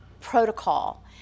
protocol